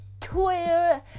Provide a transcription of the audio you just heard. Twitter